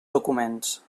documents